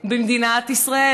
במדינת ישראל.